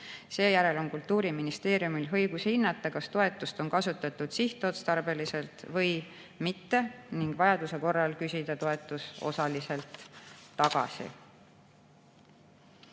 Seejärel on Kultuuriministeeriumil õigus hinnata, kas toetust on kasutatud sihtotstarbeliselt või mitte, ning vajaduse korral küsida toetus osaliselt tagasi.